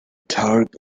third